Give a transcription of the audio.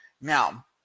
Now